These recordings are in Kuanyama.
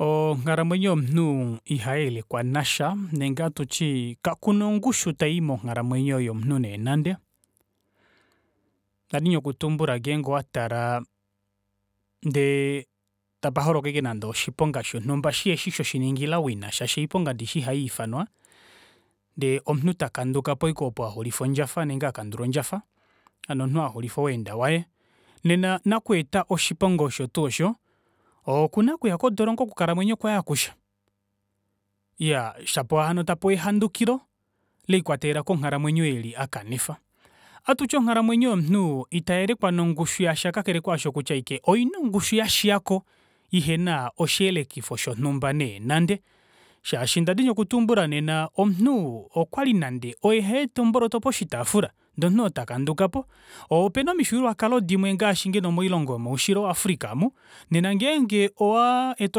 Oonghalamwenyo yomunhu iha iyelekwa nasha nenge ohatuti kakuna ngushu tayii monghalamwenyo yomunhu nee nande ndadini okutumbula ngeenge owa tala ndee tapaholoka shiponga shihefi shoshiningile wina, shaashi oiponga ndishi iha yiifanwa, ndee omunhu takandukapo ashike oopo axulifa ondjafa nenge akandula ondjafa hano omunhu axulifa oweenda waye nena naku eta oshiponga osho twoo osho okuna okuya kodolongo okukalamwenyo kwaye akushe, iyaa shapo hano tapewa ehandukilo lelikwatelela konghalamwenyo oyo eli akanifa.,. Ohatuti onghalamwenyo yomunnhu ita iyelekwa nongushu yasha kakale kaasho okuta ashike oina ongushu yashiyako ihena oshiyelekifo shonumba nande nande shaashi ndadini okutumbula nena omunhu okwali nande oye haeta omboloto poshitaafula ndee omunhu oo takandukapo opena omifyuululwakalo dimwe ngaashi ngeno moilongo yomo ushilo wa africa aamo nena ngeenge owaa eta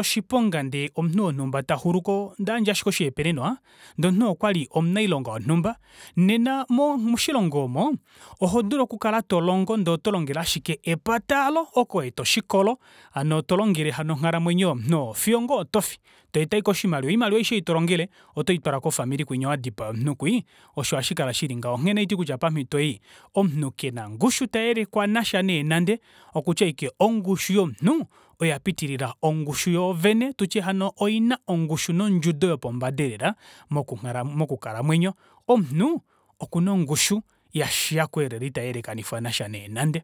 oshiponga ndee omunhu wonhumba taxuluko, ondayandja ashike oshihopaenenwa ndee omunhu oo okwali omunailonga wonhumba nena moshilongo omo ohodulu okukala tolongo ndee oto longele ashike epata aalo oko waeta oshikolo hono tolongele onghalamwenyo yomunhu oo fiyo ngoo otofi toeta ashike oshimaliwa oimaliwa aishe oyo tolongele oto itwala kofamili kunya wadipaya omunhu kwii osho hashikala shili ngaho. Onghene ohaiti kutya pamito ei omunhu kena ongushu tayelekwa nasha neenande okutya ashike ongushu yomunghu oya pitilila ongushu yoovene tutye hano oina ongushu nondjudo yopombada eelela moku nghala moku kalamwenyo, omunhu okuna ongushu elela yashiyako ita iyelekanifwa nasha neenande.